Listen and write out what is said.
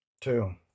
Two